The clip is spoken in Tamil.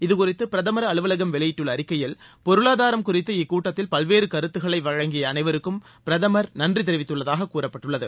இதுகுறித்து பிரதமர் அலுவலகம் வெளியிட்டுள்ள அறிக்கையில் பொருளாதாரம் குறித்து இக்கூட்டத்தில் பல்வேறு கருத்துக்களை வழங்கிய அனைவருக்கும் பிரதமர் நன்றி தெரிவித்துள்ளதாக கூறப்பட்டுள்ளது